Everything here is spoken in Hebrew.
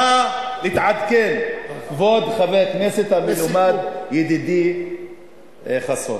נא להתעדכן, כבוד חבר הכנסת המלומד ידידי חסון.